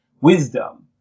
wisdom